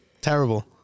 Terrible